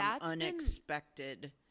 unexpected